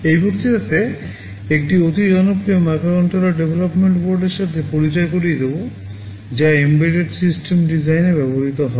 এই বক্তৃতাতে একটি অতি জনপ্রিয় মাইক্রোকন্ট্রোলার ডিজাইনে ব্যবহৃত হয়